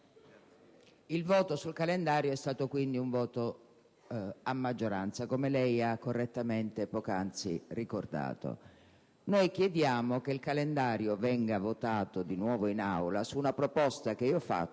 Il voto sul calendario è stato quindi un voto a maggioranza, come lei ha correttamente poc'anzi ricordato. Noi chiediamo che il calendario venga votato di nuovo in Aula su una proposta che io faccio,